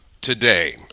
today